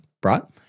brought